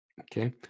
Okay